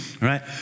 right